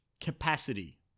Capacity